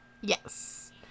Yes